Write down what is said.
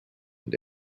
west